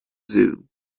zoom